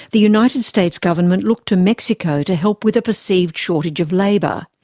the united states government looked to mexico to help with a perceived shortage of labour.